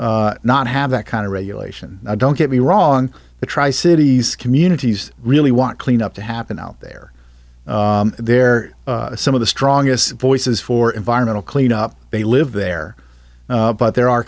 not have that kind of regulation don't get me wrong the tri cities communities really want clean up to happen out there they're some of the strongest voices for environmental cleanup they live there but there are